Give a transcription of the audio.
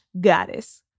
goddess